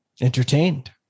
Entertained